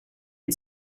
had